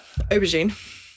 Aubergine